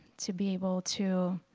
to be able to